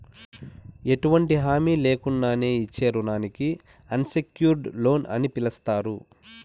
ఎటువంటి హామీ లేకున్నానే ఇచ్చే రుణానికి అన్సెక్యూర్డ్ లోన్ అని పిలస్తారు